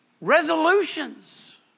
Resolutions